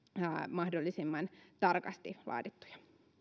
mahdollisimman tarkasti laadittuja